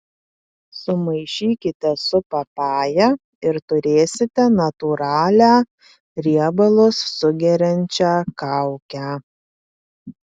sumaišykite su papaja ir turėsite natūralią riebalus sugeriančią kaukę